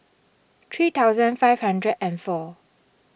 three thousand five hundred and four